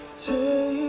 to